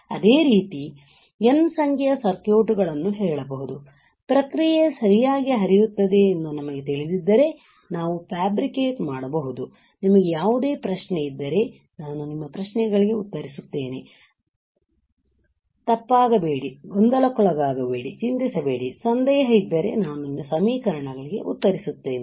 ಅದೇ ರೀತಿ ನಾವು N ಸಂಖ್ಯೆಯ ಸರ್ಕ್ಯೂಟ್ ಗಳನ್ನು ಹೇಳಬಹುದು ಪ್ರಕ್ರಿಯೆಯು ಸರಿಯಾಗಿ ಹರಿಯುತ್ತದೆ ಎಂದು ನಮಗೆ ತಿಳಿದಿದ್ದರೆ ನಾವು ಫ್ಯಾಬ್ರಿಕೇಟ್ ಮಾಡಬಹುದು ನಿಮಗೆ ಯಾವುದೇ ಪ್ರಶ್ನೆ ಇದ್ದರೆ ನಾನು ನಿಮ್ಮ ಪ್ರಶ್ನೆಗಳಿಗೆ ಉತ್ತರಿಸುತ್ತೇನೆ ತಪ್ಪಾಗಬೇಡಿ ಗೊಂದಲಕ್ಕೊಳಗಾಗಬೇಡಿ ಚಿಂತಿಸಬೇಡಿ ಸಂದೇಹ ಇದ್ದರೆ ನಾನು ಸಮೀಕರಣಗಳಿಗೆ ಉತ್ತರಿಸುತ್ತೇನೆ